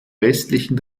restlichen